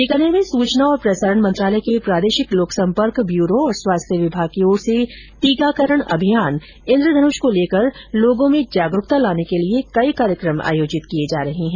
बीकानेर में सूचना और प्रसारण मंत्रालय के प्रादेशिक लोक सम्पर्क ब्यूरो और स्वास्थ्य विमाग की ओर से टीकॉकरण अभियान इन्द्रधनुष को लेकर लोगो में जागरूकता लाने के लिए कई कार्यकम आयोजित किए जा रहे है